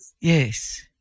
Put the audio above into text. Yes